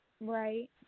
Right